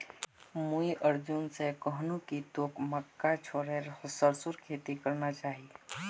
मुई अर्जुन स कहनु कि तोक मक्का छोड़े सरसोर खेती करना चाइ